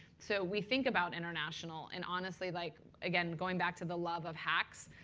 so we think about international. and honestly, like again, going back to the love of hacks,